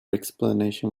explanation